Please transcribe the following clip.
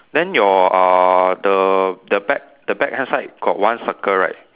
then your uh the the back the back left side got one circle right